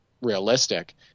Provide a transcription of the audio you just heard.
realistic